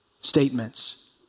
statements